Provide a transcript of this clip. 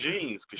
jeans